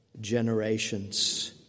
generations